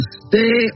stay